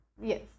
yes